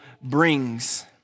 brings